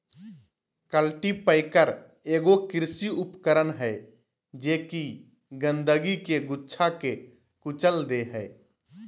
cultipacker एगो कृषि उपकरण हइ जे कि गंदगी के गुच्छा के कुचल दे हइ